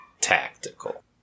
tactical